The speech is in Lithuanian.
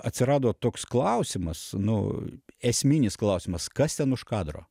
atsirado toks klausimas nu esminis klausimas kas ten už kadro